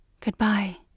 Goodbye